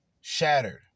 shattered